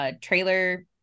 trailer